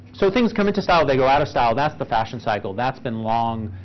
so things come into style, they go out of style, that's the fashion cycle. that's been long